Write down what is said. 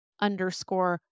underscore